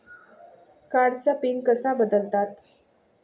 कार्डचा पिन कसा बदलतात?